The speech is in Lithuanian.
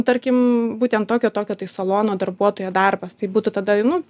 tarkim būtent tokio tokio tai salono darbuotojo darbas tai būtų tada nu